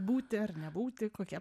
būti ar nebūti kokia